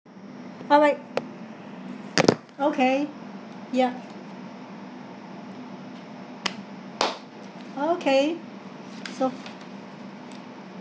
alright okay ya okay so